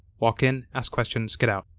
walk in, ask questions, get out.